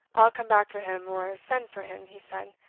i'll come back for him or send for him, he said.